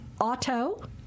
auto